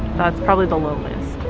that's probably the loneliness.